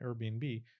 Airbnb